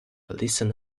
listen